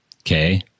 Okay